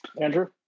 Andrew